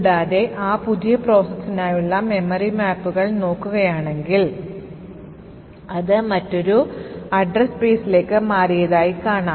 കൂടാതെ ആ പുതിയ പ്രോസസ്സിനായുള്ള memory മാപ്പുകൾ നോക്കുകയാണെങ്കിൽ അത് മറ്റൊരു ഒരു അഡ്രസ് സ്പേസിലേക്ക് മാറിയതായി കാണാം